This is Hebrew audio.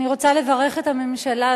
אני רוצה לברך את הממשלה,